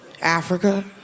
Africa